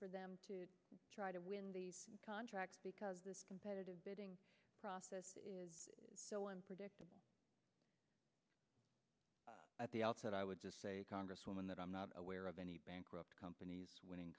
for them to try to win these contracts because the competitive bidding process is so unpredictable at the outset i would just say congresswoman that i'm not aware of any bankrupt companies winning